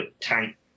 tank